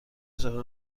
جلو